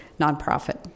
nonprofit